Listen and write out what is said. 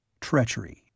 Treachery